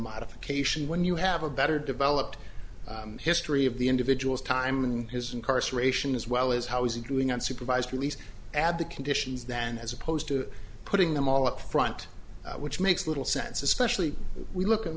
modification when you have a better developed history of the individual's time in his incarceration as well as how is he doing on supervised release add the conditions then as opposed to putting them all up front which makes little sense especially we look and